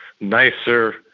nicer